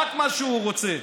רק מה שהוא רוצה.